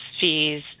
fees